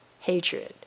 hatred